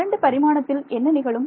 இரண்டு பரிமாணத்தில் என்ன நிகழும்